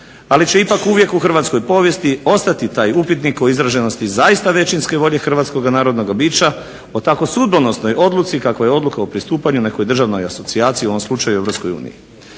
Ali će ipak u hrvatskoj povijesti ostati taj upitnik o izraženosti zaista većinske volje hrvatskoga narodnoga bića o tako sudbonosnoj odluci kakva je odluka o pristupanju nekoj državnoj asocijaciji u ovom slučaju EU.